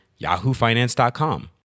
YahooFinance.com